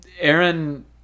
Aaron